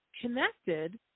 connected